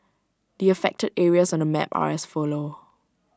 the affected areas on the map are as follow